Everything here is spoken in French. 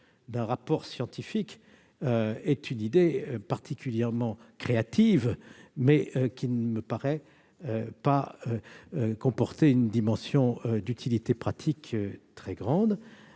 d'un rapport scientifique est particulièrement créative, mais ne me semble pas comporter une dimension d'utilité pratique très grande.